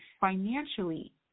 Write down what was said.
financially